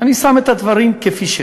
אני שם את הדברים כפי שהם,